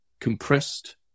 compressed